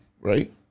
right